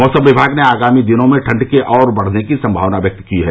मौसम विभाग ने आगामी दिनों में ठंड के और बढ़ने की संमावना व्यक्त की है